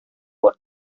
por